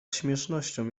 śmiesznością